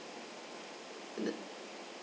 and the